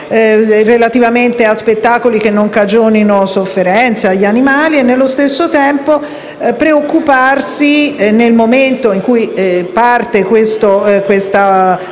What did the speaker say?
relativamente a spettacoli che non cagionino sofferenza agli animali e nello stesso tempo, nel momento in cui parte il